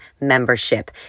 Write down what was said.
membership